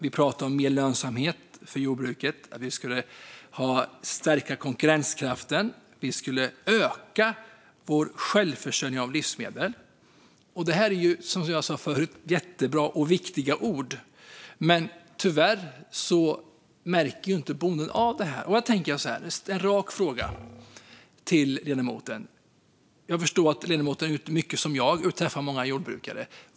Vi pratade om mer lönsamhet för jordbruket. Vi skulle stärka konkurrenskraften och öka självförsörjningen med livsmedel. Detta är ju, som jag sa förut, jättebra och viktiga ord, men tyvärr märker inte bonden av det här. Jag vill ställa en rak fråga till ledamoten. Jag förstår att ledamoten, liksom jag, är ute och träffar många jordbrukare.